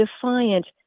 defiant